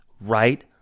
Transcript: right